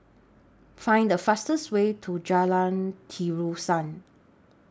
Find The fastest Way to Jalan Terusan